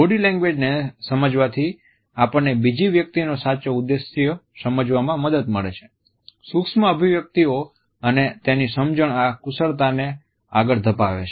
body લેંગ્વેજને સમજવાથી આપણને બીજી વ્યક્તિનો સાચો ઉદ્દેશ સમજવામાં મદદ મળે છે સૂક્ષ્મ અભિવ્યક્તિઓ અને તેની સમજણ આ કુશળતાને આગળ ધપાવે છે